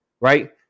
right